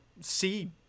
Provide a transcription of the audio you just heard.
see